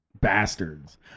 bastards